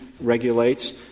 regulates